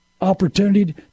opportunity